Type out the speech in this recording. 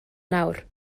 nawr